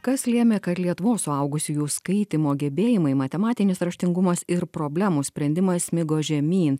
kas lėmė kad lietuvos suaugusiųjų skaitymo gebėjimai matematinis raštingumas ir problemų sprendimas smigo žemyn